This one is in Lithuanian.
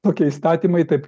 tokie įstatymai taip